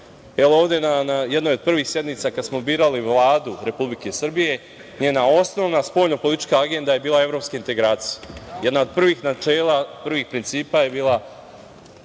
ovde na jednoj od prvih sednica kada smo birali Vladu Republike Srbije, njena osnovna spoljno-politička agenda je bila evropske integracije. Jedno od prvih načela i prvih principa je bila